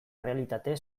errealitate